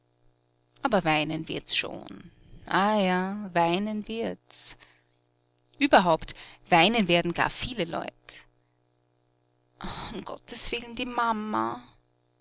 aber weinen wirds schon ah ja weinen wirds überhaupt weinen werden gar viele leut um gottes willen die mama